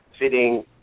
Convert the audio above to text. fitting